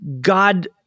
God